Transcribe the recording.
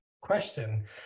question